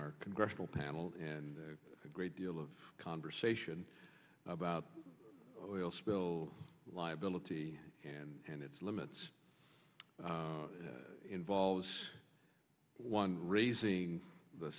our congressional panel and a great deal of conversation about oil spill liability and its limits involves one raising the